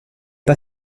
pas